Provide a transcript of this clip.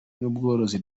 n’ubworozi